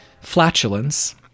flatulence